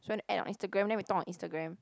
he want to add on Instagram then we talk on Instagram